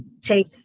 Take